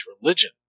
religion